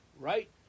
right